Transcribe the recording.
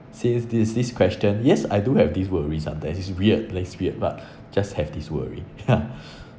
since this this question yes I do have these worries sometimes it's weird it's weird but just have this worry ya